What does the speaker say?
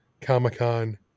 Comic-Con